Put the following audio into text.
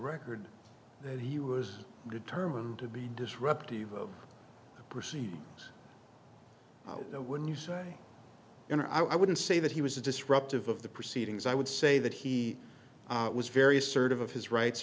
record that he was determined to be disruptive of the proceedings when you say you know i wouldn't say that he was disruptive of the proceedings i would say that he was very assertive of his rights